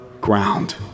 ground